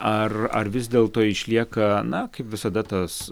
ar ar vis dėlto išlieka na kaip visada tas